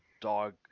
dog